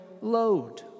load